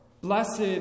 Blessed